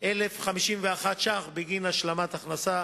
1,051 שקלים בגין השלמת הכנסה,